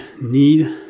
need